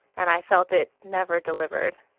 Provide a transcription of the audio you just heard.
and i felt it never delivered.